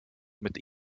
mit